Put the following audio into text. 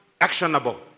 actionable